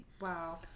Wow